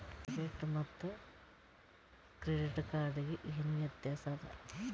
Debit ಮತ್ತ credit card ಗೆ ಏನ ವ್ಯತ್ಯಾಸ ಆದ?